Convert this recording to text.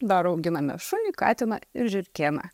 dar auginame šunį katiną ir žiurkėną